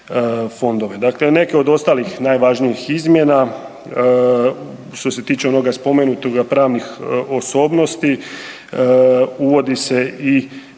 Dakle neke od ostalih najvažnijih izmjena što se tiče onoga spomenutoga pravnih osobnosti uvodi se i